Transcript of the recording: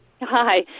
Hi